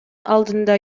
алдында